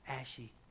ashy